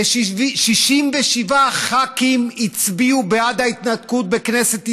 ו-67 ח"כים הצביעו בעד ההתנתקות בכנסת ישראל,